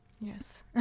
Yes